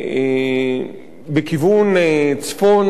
בכיוון צפון-מזרח,